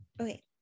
Okay